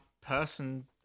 person